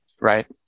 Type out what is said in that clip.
Right